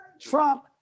Trump